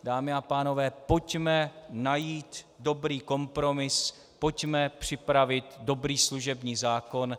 Dámy a pánové, pojďme najít dobrý kompromis, pojďme připravit dobrý služební zákon.